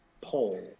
poll